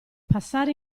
passare